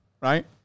right